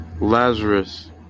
lazarus